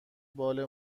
بال